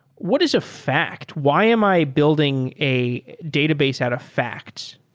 what is a fact? why am i building a database out of facts?